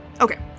okay